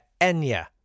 Enya